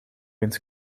eens